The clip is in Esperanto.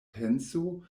penso